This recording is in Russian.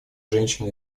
женщин